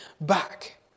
back